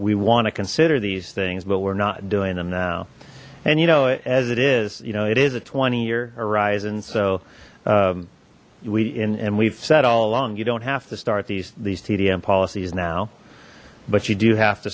we want to consider these things but we're not doing them now and you know as it is you know it is a twenty year horizon so we in and we've said all along you don't have to start these these tdm policies now but you do have to